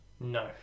No